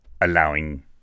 allowing